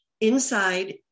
inside